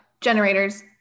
generators